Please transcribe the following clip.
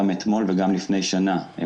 גם אתמול וגם לפני שנה.